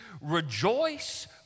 Rejoice